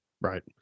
Right